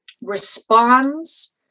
responds